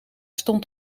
stond